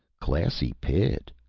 classy pit,